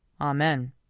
Amen